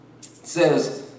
says